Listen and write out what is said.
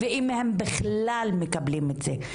ואם הם בכלל מקבלים את זה.